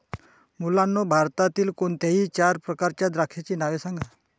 मुलांनो भारतातील कोणत्याही चार प्रकारच्या द्राक्षांची नावे सांगा